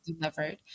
delivered